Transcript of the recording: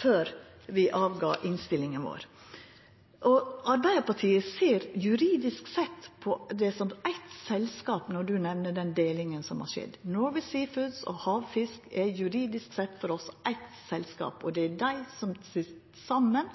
før vi gav frå oss innstillinga vår. Arbeidarpartiet ser juridisk sett på det som eitt selskap, når representanten Grimstad nemner delinga som har skjedd. Norway Seafoods og Havfisk er for oss juridisk sett eitt selskap, og det er dei som til saman